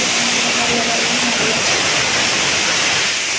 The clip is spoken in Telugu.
నల్ల రేగడి నెలలో పండే పంటలు చెప్పండి?